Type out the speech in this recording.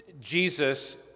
Jesus